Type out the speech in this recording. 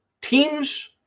Teams